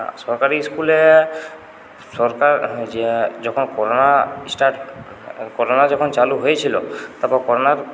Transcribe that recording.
সরকারি স্কুলে সরকার যখন করোনা স্টার্ট করোনা যখন চালু হয়েছিল তারপর করোনার